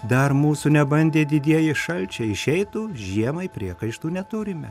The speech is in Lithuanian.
dar mūsų nebandė didieji šalčiai išeitų žiemai priekaištų neturime